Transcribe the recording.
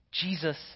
Jesus